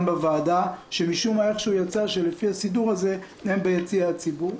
בוועדה שמשום מה יצא שלפי הסידור הזה הם ביציע הציבור.